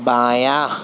بایاں